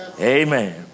Amen